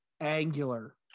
Angular